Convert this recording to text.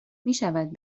میشود